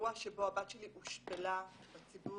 אירוע שבו הבת שלי הושפלה בציבור,